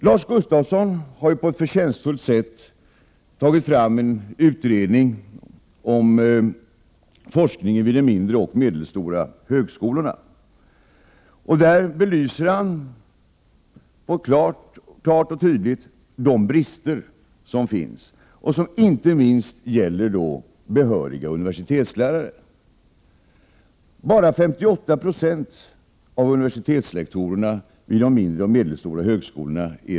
Lars Gustafsson har på ett förtjänstfullt sätt gjort en utredning om forskningen vid de mindre och medelstora högskolorna. I utredningen belyser han klart och tydligt de brister som finns. Det är inte minst fråga om behöriga universitetslärare. Endast 58 96 av universitetslektorerna är behöriga vid de mindre och medelstora högskolorna.